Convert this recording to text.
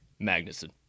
Magnuson